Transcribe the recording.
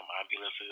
ambulances